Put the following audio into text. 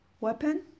Weapon